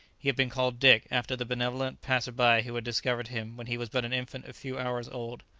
he had been called dick, after the benevolent passer-by who had discovered him when he was but an infant a few hours old,